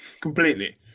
Completely